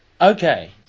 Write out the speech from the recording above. Okay